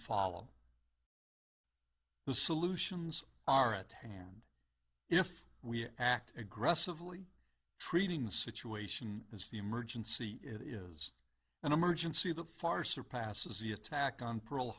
follow the solutions are at hand if we act aggressively treating the situation as the emergency it is an emergency the far surpasses the attack on pearl